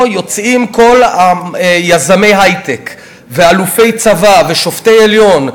יוצאים כל יזמי ההיי-טק ואלופי צבא ושופטי עליון,